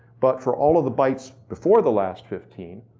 but for all of the bytes before the last fifteen,